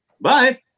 Bye